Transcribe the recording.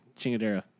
chingadera